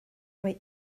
mae